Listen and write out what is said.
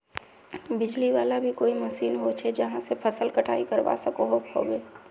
बिजली वाला भी कोई मशीन होचे जहा से फसल कटाई करवा सकोहो होबे?